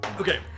Okay